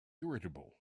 irritable